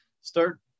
start